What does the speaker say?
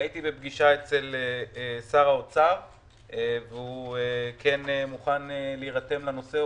הייתי בפגישה עם שר האוצר והוא כן מוכן להירתם לנושא,